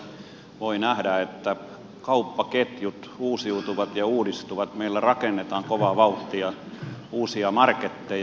jokainen meistä voi nähdä että kauppaketjut uusiutuvat ja uudistuvat meillä rakennetaan kovaa vauhtia uusia marketteja